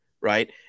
right